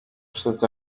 przez